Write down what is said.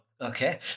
okay